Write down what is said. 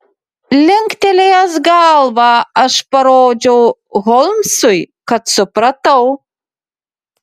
linktelėjęs galvą aš parodžiau holmsui kad supratau